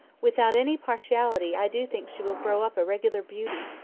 without any pershality, i do think she will grow up a regular bewty!